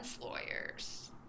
lawyers